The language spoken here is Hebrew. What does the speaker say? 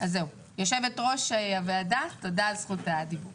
יושבת ראש הוועדה, תודה על זכות הדיבור.